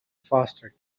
foster